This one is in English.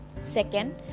Second